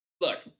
look